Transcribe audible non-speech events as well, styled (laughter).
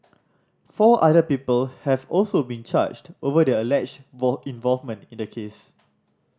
four other people have also been charged over their alleged (unintelligible) involvement in the case